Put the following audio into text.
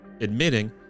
admitting